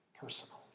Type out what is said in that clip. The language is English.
personal